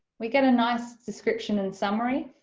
we get a nice description and summary